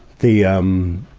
the, um,